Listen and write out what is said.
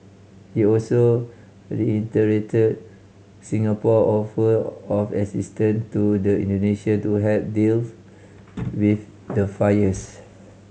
he also reiterated Singapore offer of assistant to the Indonesian to help deals with the fires